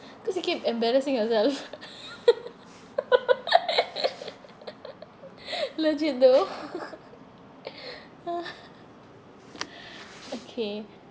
cause you keep embarrassing yourself legit though okay